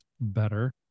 better